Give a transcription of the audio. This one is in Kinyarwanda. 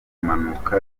mpanuka